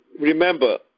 Remember